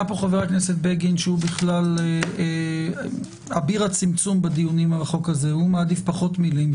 חבר הכנסת בגין שהוא אביר הצמצום בדיונים על החוק הזה מעדיף פחות מילים.